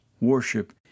worship